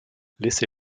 laissé